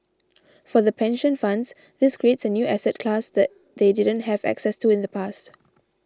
for the pension funds this creates a new asset class that they didn't have access to in the past